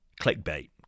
clickbait